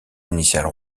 initiales